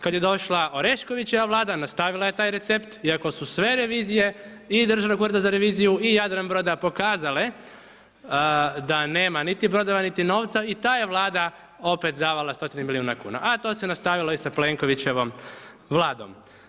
Kada je došla Oreškovićeva Vlada nastavila je taj recept iako su sve revizije i Državnog ureda za reviziju i Jadranbroda pokazale da nema niti brodova niti novca i ta je Vlada opet davala stotine milijuna kuna a to se nastavilo i sa Plenkovićevom Vladom.